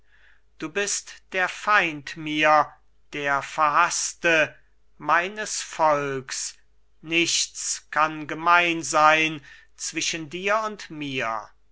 du bist der feind mir der verhaßte meines volks nichts kann gemein sein zwischen dir und mir